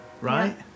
right